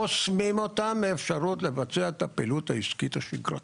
חוסמים אותם מאפשרות לבצע את הפעילות העסקית השגרתית.